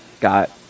got